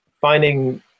finding